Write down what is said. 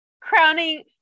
crowning